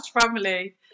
family